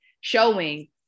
showing